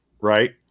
right